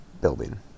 building